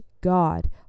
God